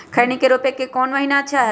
खैनी के रोप के कौन महीना अच्छा है?